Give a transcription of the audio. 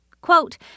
Quote